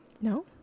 No